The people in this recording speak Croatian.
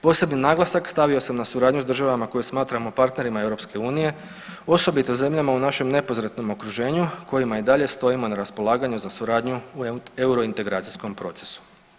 Posebni naglasak stavio sam na suradnju sa državama koje smatramo partnerima EU osobito zemljama u našem neposrednom okruženju kojima i dalje stojimo na raspolaganju za suradnju u euro integracijskom procesu.